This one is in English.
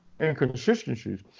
inconsistencies